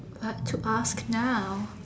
what to ask now